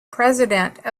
president